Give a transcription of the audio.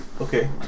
okay